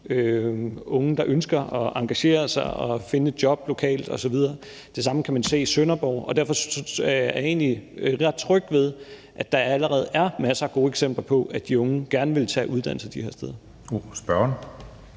unge, der ønsker at engagere sig og finde et job lokalt osv. Det samme kan man se i Sønderborg. Og derfor er jeg egentlig tryg ved, at der allerede er masser af gode eksempler på, at de unge gerne vil tage uddannelse de her steder. Kl.